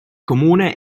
comune